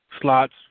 slots